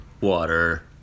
Water